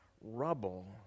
rubble